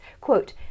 Quote